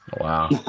Wow